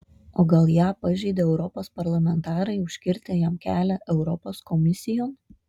o gal ją pažeidė europos parlamentarai užkirtę jam kelią europos komisijon